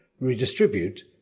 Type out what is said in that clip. redistribute